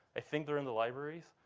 i think they're in the libraries.